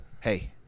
Hey